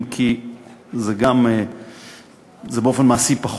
אם כי באופן מעשי זה פחות,